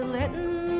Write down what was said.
letting